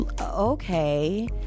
okay